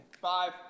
Five